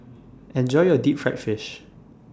Enjoy your Deep Fried Fish